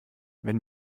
wenn